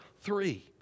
three